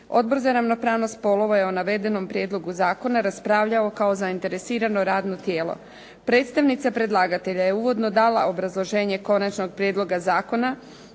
Odbor za ravnopravnost spolova je o navedenom prijedlogu zakona raspravljao kao zainteresirano radno tijelo. Predstavnica predlagatelja je uvodno dala obrazloženje konačnog prijedloga zakona,